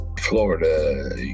florida